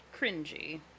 cringy